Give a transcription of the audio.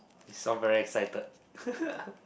you sound very excited